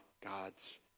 God's